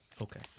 Okay